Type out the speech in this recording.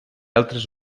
altres